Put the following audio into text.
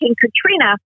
Katrina